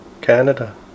Canada